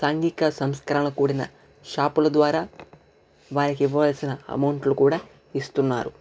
సాంఘిక సంస్కరణ కూడిన షాపుల ద్వారా వారికి ఇవ్వవలసిన ఎమౌంట్లు కూడా ఇస్తున్నారు